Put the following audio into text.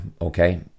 okay